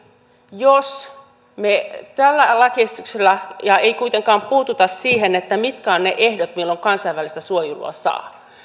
jos me tällä lakiesityksellä emme kuitenkaan puutu siihen mitkä ovat ne ehdot milloin kansainvälistä suojelua saa